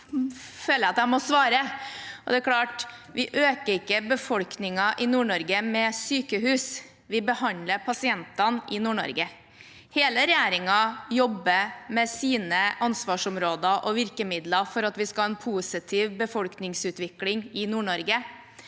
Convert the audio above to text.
Det er klart at vi ikke øker befolkningen i Nord-Norge med sykehus; vi behandler pasientene i Nord-Norge. Hele regjeringen jobber med sine ansvarsområder og virkemidler for at vi skal ha en positiv befolkningsutvikling i Nord-Norge,